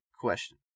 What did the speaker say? question